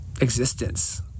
existence